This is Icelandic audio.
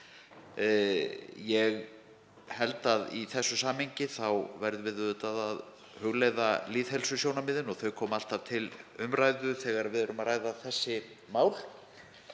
Ég held að í þessu samhengi verðum við auðvitað að hugleiða lýðheilsusjónarmiðin og þau koma alltaf til umræðu þegar við ræðum þessi mál.